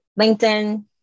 LinkedIn